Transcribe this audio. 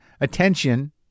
attention